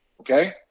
Okay